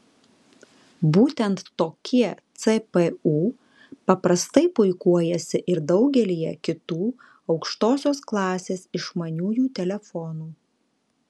būtent tokie cpu paprastai puikuojasi ir daugelyje kitų aukštosios klasės išmaniųjų telefonų